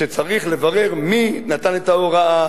שצריך לברר מי נתן את ההוראה,